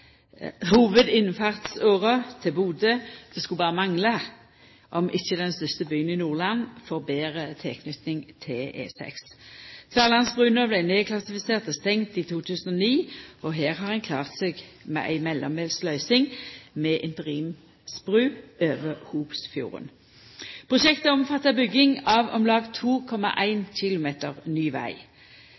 hovudinnfartsåra til Bodø, og det skulle berre mangla om ikkje den største byen i Nordland fekk betre tilknyting til E6. Tverlandsbrua vart nedklassifisert og stengd i 2009, og her har ein klart seg med ei mellombels løysing med interimsbru over Hopsfjorden. Prosjektet omfattar bygging av om lag 2,1 km ny veg.